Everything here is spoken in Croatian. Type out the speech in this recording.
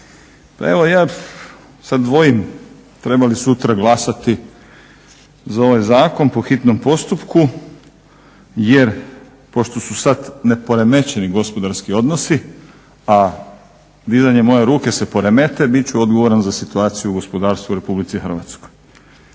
evo ja sad dvojim treba li sutra glasati za ovaj zakon po hitnom postupku, jer pošto su sad neporemećeni gospodarski odnosi, a dizanjem moje ruke se poremete bit ću odgovoran za situaciju u gospodarstvu u Republici Hrvatskoj.